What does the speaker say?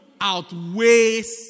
outweighs